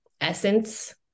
essence